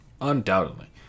Undoubtedly